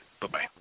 Bye-bye